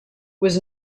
was